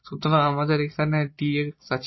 সুতরাং আমাদের এখানে এই dx আছে